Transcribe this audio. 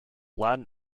latin